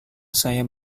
saya